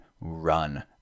run